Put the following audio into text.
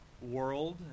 world